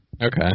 okay